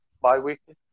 bi-weekly